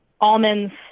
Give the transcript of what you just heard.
almonds